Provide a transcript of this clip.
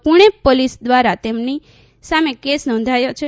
Pune police દ્વારા તેમની સામે કેસ નોંધ્યો છે